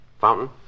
Fountain